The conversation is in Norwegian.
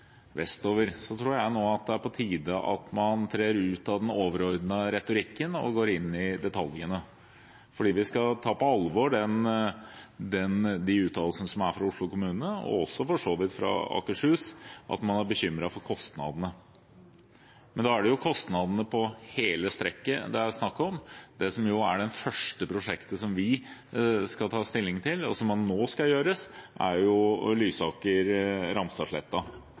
vestover, tror jeg det er på tide at man nå trer ut av den overordnede retorikken og går inn i detaljene, for vi skal ta på alvor uttalelsene fra Oslo kommune, og for så vidt også fra Akershus, om at man er bekymret for kostnadene. Men da er det kostnadene på hele strekket det er snakk om. Det som er det første prosjektet, som vi skal ta stilling til, og som nå skal gjøres, er